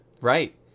Right